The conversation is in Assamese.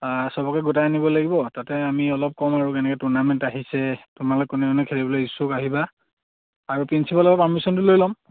চবকে গোটাই আনিব লাগিব তাতে আমি অলপ কম আৰু কেনেকে টুৰ্ণামেণ্ট আহিছে তোমালোক কোনে কোনে খেলিবলৈ ইচ্ছুক আহিবা আৰু প্ৰিঞ্চিপালৰ পাৰ্মিছনটো লম